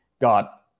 got